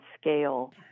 scale